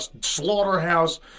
slaughterhouse